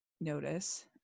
notice